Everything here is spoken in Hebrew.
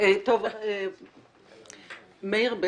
מאיר,